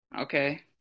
Okay